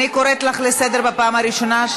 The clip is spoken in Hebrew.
אני קוראת אותך לסדר בפעם הראשונה,